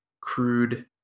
crude